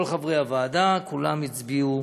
כל חברי הוועדה כולם הצביעו